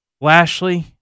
Lashley